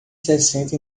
sessenta